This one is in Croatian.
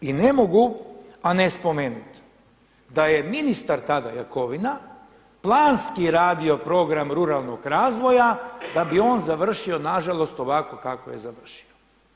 I ne mogu, a ne spomenuti da je ministar tada Jakovina planski radio program ruralnog razvoja da bi on završio nažalost ovako kako je završio.